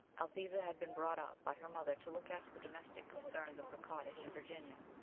althesa had been brought up by her mother to look after the domestic concerns of her cottage in virginia,